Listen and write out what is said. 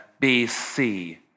BC